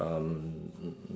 um